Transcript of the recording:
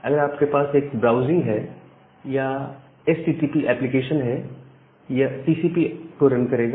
अगर आपके पास एक ब्राउजिंग है या एचटीटीपी एप्लीकेशन है यह टीसीपी को रन करेगा